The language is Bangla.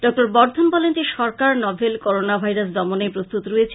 ডঃ বর্দ্ধন বলেন যে সরকার নোভেল করোনা ভাইরাস দমনে প্রস্তৃত রয়েছে